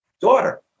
daughter